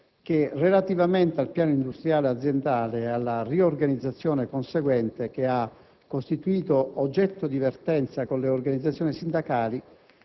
che relativamente al piano industriale aziendale ed alla riorganizzazione conseguente che ha costituito oggetto di vertenza con le organizzazioni sindacali